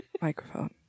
microphone